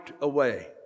away